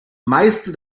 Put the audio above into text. meiste